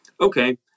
okay